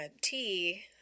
tea